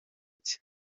cye